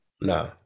No